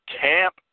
camp